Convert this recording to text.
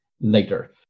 later